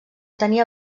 tenia